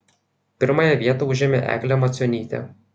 pirmąją vietą užėmė eglė macionytė